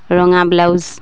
ৰঙা ব্লাউজ